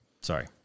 Sorry